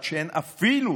עד שהן אפילו